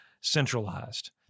centralized